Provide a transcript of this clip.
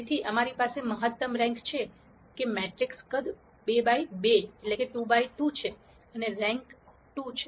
તેથી અમારી પાસે મહત્તમ રેન્ક છે કે મેટ્રિક્સ કદ 2 by 2 છે અને રેન્ક 2 છે